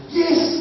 yes